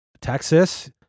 Texas